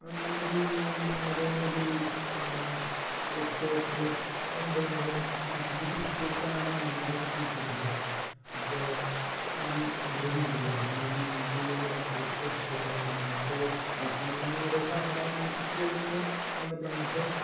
അന്ന് തന്നെ ഒരു വൈകുന്നേരം ഒരു എട്ട് എട്ടര ഒമ്പതിനോട് അടുത്ത് അടുപ്പിച്ച് തിരിച്ചെത്താനാണ് നമ്മളുടെ കണക്കു കൂട്ടൽ അപ്പോൾ ആ എൻ്റെ വീടല്ലേ എൻ്റെ വീട് ഇവിടെ വെസ്റ്റ് ഫോർട്ട് ആയിട്ടാണ് അപ്പോൾ അന്ന് ഏകദേശം അവിടെ വന്ന് പിക്ക് ചെയ്യാനാണ് നമ്മുടെ പ്ലാൻ അപ്പോൾ